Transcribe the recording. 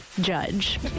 Judge